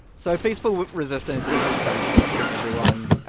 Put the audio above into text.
so peaceful resistance isn't going to work for everyone.